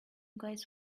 guys